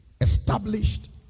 established